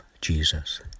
Jesus